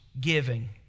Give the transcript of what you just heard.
giving